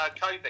COVID